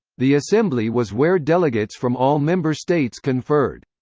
the assembly was where delegates from all member states conferred.